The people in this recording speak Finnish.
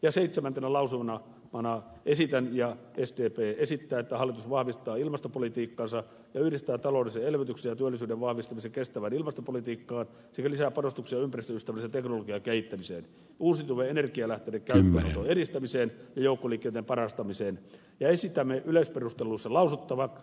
ja seitsemäntenä lausumana esitän ja sdp esittää että hallitus vahvistaa ilmastopolitiikkaansa ja yhdistää taloudellisen elvytyksen ja työllisyyden vahvistamisen kestävään ilmastopolitiikkaan sekä lisää panostuksia ympäristöystävällisen teknologian kehittämiseen uusiutuvien energialähteiden käyttöönoton edistämiseen ja joukkoliikenteen parantamiseen ja esitämme yleisperusteluissa lausuttavaksi